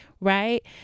right